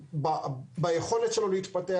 וביכולת שלו להתפתח.